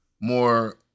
more